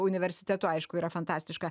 universitetu aišku yra fantastiška